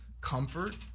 comfort